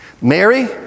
Mary